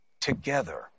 together